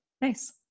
Nice